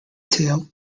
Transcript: tail